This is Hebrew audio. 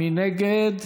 מי נגד?